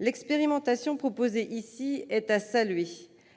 L'expérimentation proposée ici est à saluer.